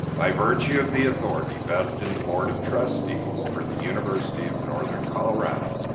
by virtue of the authority vested in the board of trustees for the university of northern colorado,